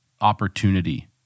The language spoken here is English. opportunity